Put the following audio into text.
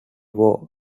war